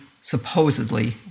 supposedly